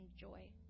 joy